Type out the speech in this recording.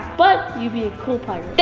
but, you'd be a cool pirate.